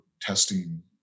testing